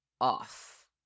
off